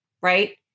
right